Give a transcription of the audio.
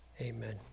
amen